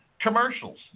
Commercials